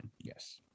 Yes